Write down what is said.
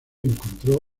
encontró